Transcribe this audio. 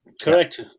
Correct